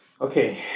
Okay